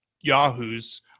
yahoos